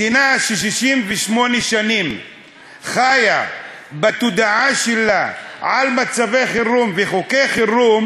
מדינה ש-68 שנים חיה בתודעה שלה על מצבי חירום וחוקי חירום,